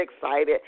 excited